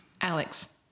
Alex